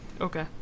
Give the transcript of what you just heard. Okay